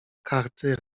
karty